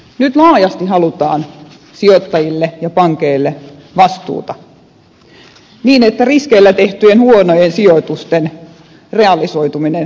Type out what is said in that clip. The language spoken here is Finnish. nyt laajasti halutaan sijoittajille ja pankeille vastuuta niin että riskillä tehtyjen huonojen sijoitusten realisoituminen koskettaa heitä